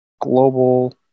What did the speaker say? global